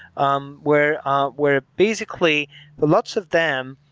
um where where basically but lots of them,